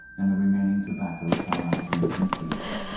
and the remaining tobacco fell out of winston's cigarette.